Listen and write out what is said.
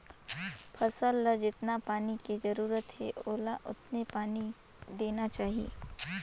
फसल ल जेतना पानी के जरूरत हे ओला ओतने पानी देना चाही